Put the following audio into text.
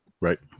Right